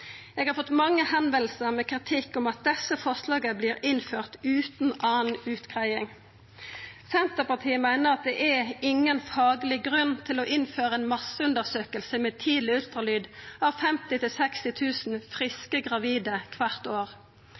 Eg har fått mange meldingar med kritikk mot at desse forslaga vert innførte utan anna utgreiing. Senterpartiet meiner det er ingen fagleg grunn til å innføra ei masseundersøking med tidleg ultralyd av 50 000–60 000 friske gravide kvart år.